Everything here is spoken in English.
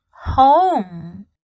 home